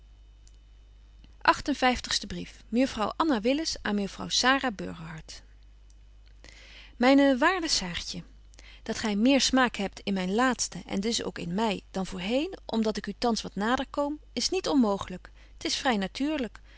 en vyftigste brief mejuffrouw anna willis aan mejuffrouw sara burgerhart myne waarde saartje dat gy meer smaak hebt in myn laatsten en dus ook in my dan voorheen om dat ik u thans wat nader koom is niet onmooglyk t is vry natuurlyk